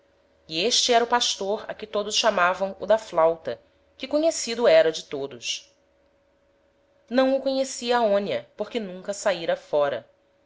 e este era o pastor a que todos chamavam o da flauta que conhecido era de todos não o conhecia aonia porque nunca saira fóra